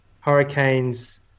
Hurricanes